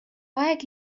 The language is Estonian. aeg